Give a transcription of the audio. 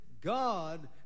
God